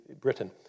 Britain